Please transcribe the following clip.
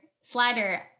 slider